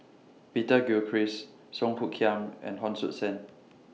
Peter Gilchrist Song Hoot Kiam and Hon Sui Sen